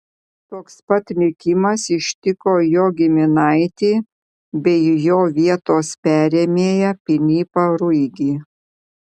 toks pat likimas ištiko jo giminaitį bei jo vietos perėmėją pilypą ruigį